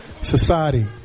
society